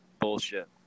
bullshit